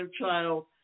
child